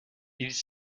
ils